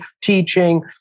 teaching